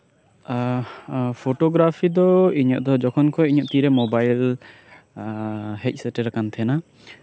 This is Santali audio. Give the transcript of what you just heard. ᱮᱫ ᱯᱷᱳᱴᱳᱜᱨᱟᱯᱷᱤ ᱫᱚ ᱤᱧᱟᱹᱜ ᱡᱚᱠᱷᱚᱱ ᱠᱷᱚᱱ ᱤᱧᱟᱹᱜ ᱛᱤᱨᱮ ᱢᱳᱵᱟᱭᱤᱞ ᱦᱮᱡ ᱥᱮᱴᱮᱨ ᱟᱠᱟᱱ ᱛᱟᱦᱮᱱᱟ